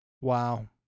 Wow